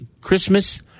Christmas